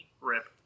Rip